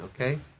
okay